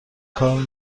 کار